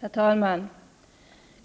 Herr talman!